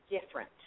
different